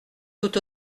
tout